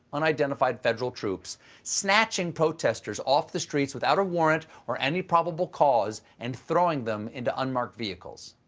unidentified federal troops snatching protesters off the streets without a warrant or any probable cause, and throwing them into unmarked vehicles.